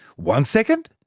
one second?